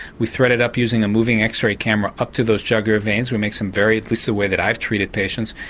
we thread it up using a moving x-ray camera up to those jugular veins we make some very, at least the way that i've treated patients,